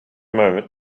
moment